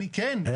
כן.